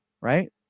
right